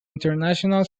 international